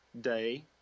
day